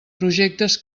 projectes